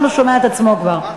הוא לא שומע את עצמו כבר.